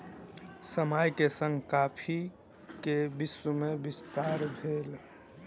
समय के संग कॉफ़ी के विश्व में विस्तार भेल